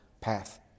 path